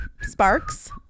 sparks